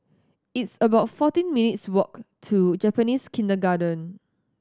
it's about fourteen minutes' walk to Japanese Kindergarten